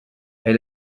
elle